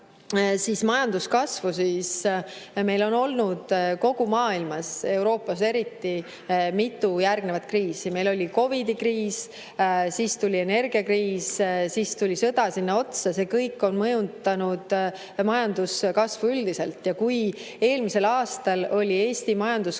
majanduskasvu, siis meil on olnud kogu maailmas ja Euroopas eriti mitu [üksteisele] järgnevat kriisi. Meil oli COVID-i kriis, siis tuli energiakriis, siis tuli sõda sinna otsa. See kõik on mõjutanud majanduskasvu üldiselt. Eelmisel aastal oli Eesti majanduskasv